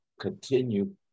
continue